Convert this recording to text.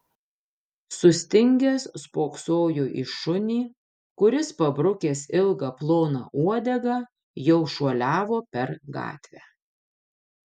sustingęs spoksojo į šunį kuris pabrukęs ilgą ploną uodegą jau šuoliavo per gatvę